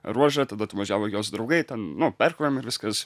ruožą tada atvažiavo jos draugai ten nu perkrovėm ir viskas